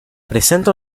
presenta